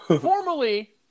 formerly